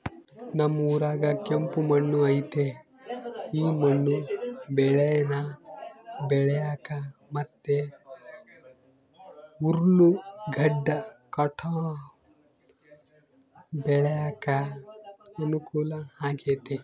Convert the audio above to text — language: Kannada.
ನಮ್ ಊರಾಗ ಕೆಂಪು ಮಣ್ಣು ಐತೆ ಈ ಮಣ್ಣು ಬೇಳೇನ ಬೆಳ್ಯಾಕ ಮತ್ತೆ ಉರ್ಲುಗಡ್ಡ ಕಾಟನ್ ಬೆಳ್ಯಾಕ ಅನುಕೂಲ ಆಗೆತೆ